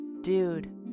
Dude